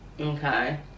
Okay